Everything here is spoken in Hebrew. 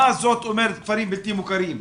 מה זאת אומרת כפרים בלתי מוכרים?